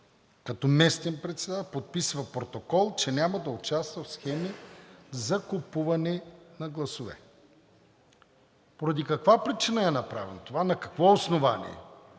Като местен председател подписва протокол, че няма да участва в схеми за купуване на гласове. Поради каква причина е направено това, на какво основание,